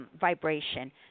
vibration